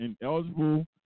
ineligible